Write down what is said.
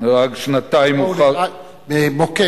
הוא נהרג שנתיים אחר כך הוא עלה על מוקש.